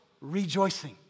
Rejoicing